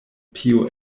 tio